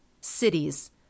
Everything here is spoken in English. cities